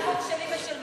הצעת חוק שלי ושל מרינה.